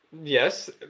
Yes